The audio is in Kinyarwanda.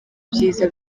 byiza